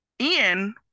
Ian